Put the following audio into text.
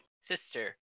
sister